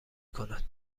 کند